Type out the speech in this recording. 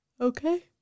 Okay